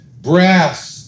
brass